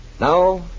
Now